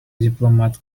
diplomat